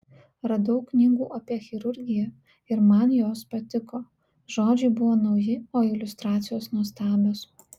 radau knygų apie chirurgiją ir man jos patiko žodžiai buvo nauji o iliustracijos nuostabios